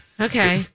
Okay